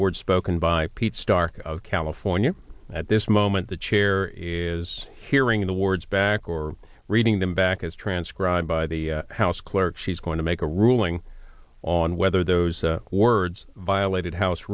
words spoken by pete stark of california at this moment the chair is hearing the words back or reading them back as transcribed by the house clerk she's going to make a ruling on whether those words violated house